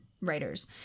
writers